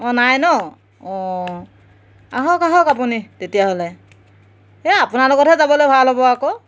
অঁ নাই ন অঁ আহক আহক আপুনি তেতিয়াহ'লে এই আপোনাৰ লগতহে যাবলৈ ভাল হ'ব আকৌ